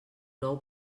nou